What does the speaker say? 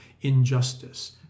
injustice